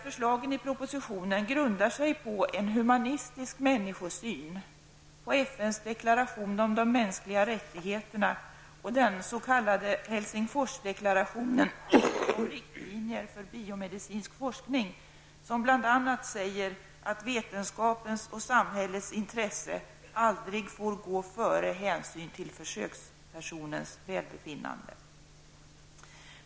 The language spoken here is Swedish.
Förslagen i propositionen grundar sig på en humanistisk människosyn, på FNs deklaration om de mänskliga rättigheterna och den s.k. Helsingforsdeklarationen om riktlinjer för biomedicinsk forskning, som bl.a. säger att vetenskapens och samhällets intresse aldrig får gå före hänsyn till försökspersonens välbefinnande.